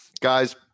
Guys